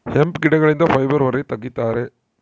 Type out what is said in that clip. hemp ಗಿಡಗಳಿಂದ fibre ಹೊರ ತಗಿತರೆ